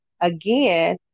again